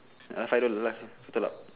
ya lah five dollar top up